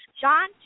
John